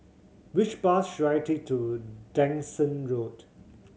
which bus should I take to Dyson Road